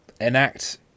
enact